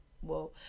whoa